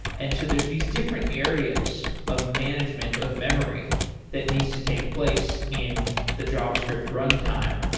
and so there's these different areas of management of memory that needs to take place in the javascript runtime.